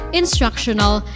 instructional